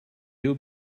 would